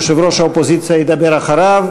יושב-ראש האופוזיציה ידבר אחריו,